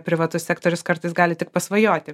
privatus sektorius kartais gali tik pasvajoti